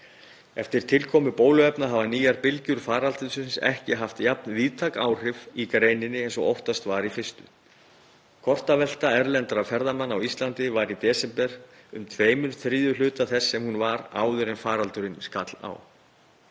Eftir tilkomu bóluefna hafa nýjar bylgjur faraldursins ekki haft jafn víðtæk áhrif í greininni eins og óttast var í fyrstu. Kortavelta erlendra ferðamanna á Íslandi var í desember um tveir þriðju hlutar þess sem hún var áður en faraldurinn skall á.